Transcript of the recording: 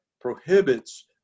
prohibits